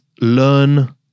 learn